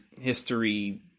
history